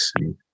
see